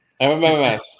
MMS